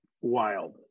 wild